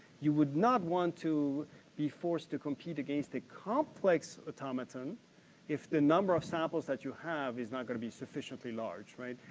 you would not want to be forces to compete against the complex automaton if the number of samples that you have is not going to be sufficiently large, right?